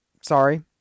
Sorry